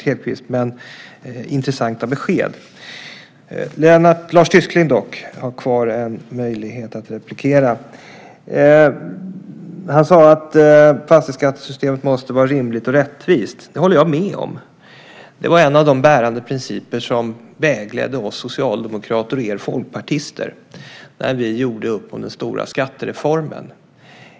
Men det är intressanta besked som getts. Lars Tysklind har dock kvar en möjlighet till inlägg. Han sade att fastighetsskattesystemet måste vara rimligt och rättvist. Det håller jag med om. Det var ju en av de bärande principer som vägledde oss socialdemokrater och er folkpartister när vi gjorde upp om den stora skattereformen.